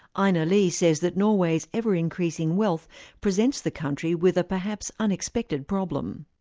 einar lie says that norway's ever-increasing wealth presents the country with a perhaps unexpected problem.